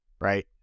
right